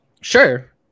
sure